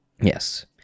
Yes